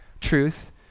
truth